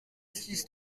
six